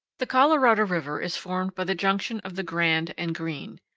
the colorado river is formed by the junction of the grand and green.